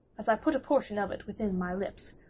as i put a portion of it within my lips,